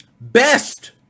best